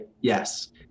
yes